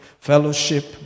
fellowship